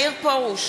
מאיר פרוש,